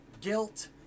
guilt